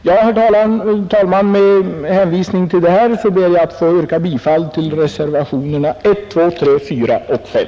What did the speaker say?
141 Herr talman! Med hänvisning till det anförda ber jag att få yrka bifall till reservationerna 1, 2, 3, 4 och 5.